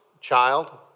child